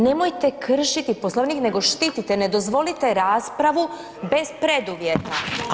Nemojte kršiti Poslovnik nego štite, ne dozvolite raspravu bez preduvjeta.